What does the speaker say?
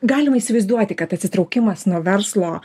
galima įsivaizduoti kad atsitraukimas nuo verslo